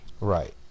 Right